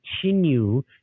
continue